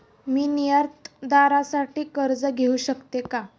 मी निर्यातदारासाठी कर्ज घेऊ शकतो का?